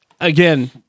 again